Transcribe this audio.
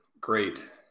great